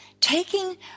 taking